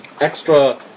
extra